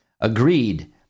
agreed